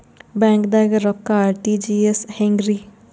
ಬ್ಯಾಂಕ್ದಾಗ ರೊಕ್ಕ ಆರ್.ಟಿ.ಜಿ.ಎಸ್ ಹೆಂಗ್ರಿ?